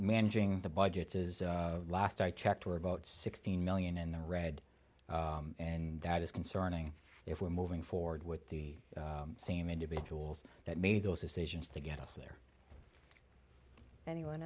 managing the budgets is last i checked were about sixteen million in the red and that is concerning if we're moving forward with the same individuals that made those decisions to get us there any